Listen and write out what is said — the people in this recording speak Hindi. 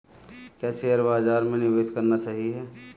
क्या शेयर बाज़ार में निवेश करना सही है?